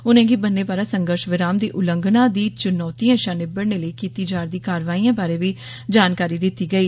उनेंगी बन्ने पारा संघर्ष विराम दी उल्लंघना दी चुनौतियें शा निबड़ने लेई किती जारदी करावाइयें बारै बी जानकारी दिती गेई